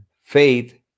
faith